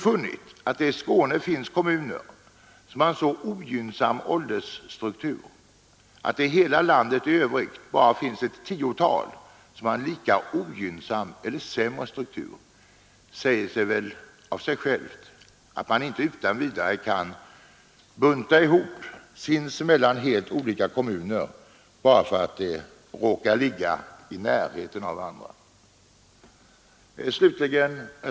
Då det i Skåne finns kommuner som har så ogynnsam åldersstruktur att det i hela landet i övrigt bara är ett tiotal som har en lika ogynnsam eller sämre struktur, säger det sig självt att man inte utan vidare kan ”bunta ihop” sinsemellan olika kommuner bara därför att de råkar ligga i närheten av varandra. Herr talman!